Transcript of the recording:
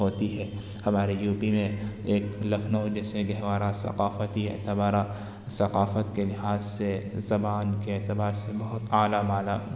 ہوتی ہے ہمارے یو پی میں ایک لکھنؤ جیسے کہ ہمارا ثقافت کے لحاظ سے زبان کے اعتبار سے بہت اعلیٰ بالا